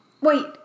Wait